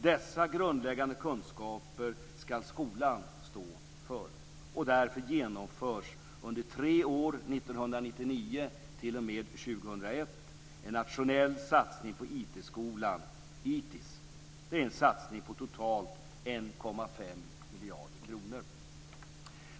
Dessa grundläggande kunskaper ska skolan stå för. Därför genomförs under tre år, 1999 ITIS. Det är en satsning på totalt 1,5 miljarder kronor.